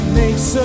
makes